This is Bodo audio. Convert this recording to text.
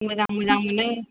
मोजां मोजां मोनो